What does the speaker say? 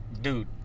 dude